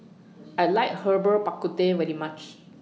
I like Herbal Bak Ku Teh very much